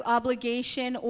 obligation